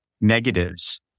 negatives